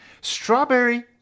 Strawberry